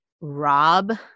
rob